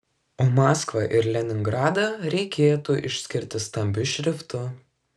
o maskvą ir leningradą reikėtų išskirti stambiu šriftu